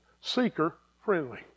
seeker-friendly